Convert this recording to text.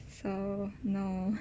so no